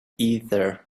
either